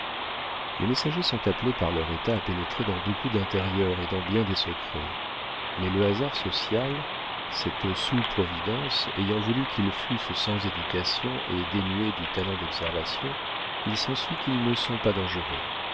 les messagers sont appelés par leur état à pénétrer dans beaucoup d'intérieurs et dans bien des secrets mais le hasard social cette sous providence ayant voulu qu'ils fussent sans éducation ou dénués du talent d'observation il s'ensuit qu'ils ne sont pas dangereux